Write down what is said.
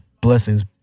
Blessings